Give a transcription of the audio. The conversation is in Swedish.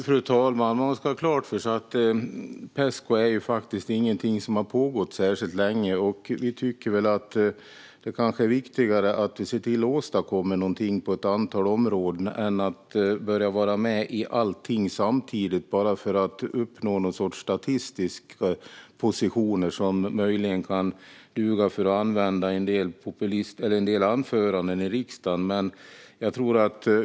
Fru talman! Man ska ha klart för sig att Pesco inte är något som har pågått särskilt länge. Vi tycker att det kanske är viktigare att vi ser till att åstadkomma någonting på ett antal områden än att börja vara med i allting samtidigt bara för att uppnå någon sorts statistiska positioner. Det kan möjligen duga för att använda i en del anföranden i riksdagen.